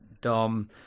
Dom